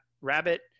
rabbit